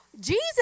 Jesus